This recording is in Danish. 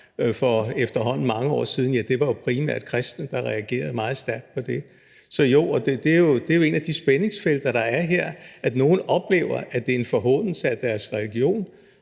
for efterhånden mange år siden, var det jo primært kristne, der reagerede meget stærkt på det. Det er jo et af de spændingsfelter, der er her: Nogle oplever, at det er en forhånelse af deres religion,